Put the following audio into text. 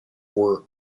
were